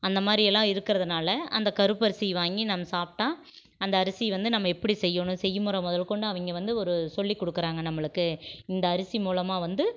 அந்த மாதிரியெல்லாம் இருக்கிறதுனால அந்த கருப்பரிசி வாங்கி நம்ம சாப்பிட்டா அந்த அரிசி வந்து நம்ம எப்படி செய்யணும் செய்முறை முதல்கொண்டு அவங்க வந்து ஒரு சொல்லி கொடுக்குறாங்க நம்மளுக்கு இந்த அரிசி மூலமாக வந்து